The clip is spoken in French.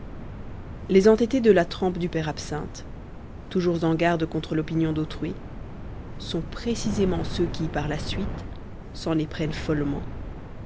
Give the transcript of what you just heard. les entêtés de la trempe du père absinthe toujours en garde contre l'opinion d'autrui sont précisément ceux qui par la suite s'en éprennent follement